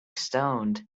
stoned